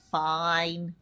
fine